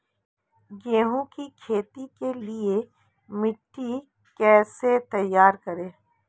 गेहूँ की खेती के लिए मिट्टी कैसे तैयार करें?